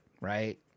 right